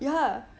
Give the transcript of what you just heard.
ya